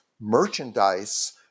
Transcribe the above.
merchandise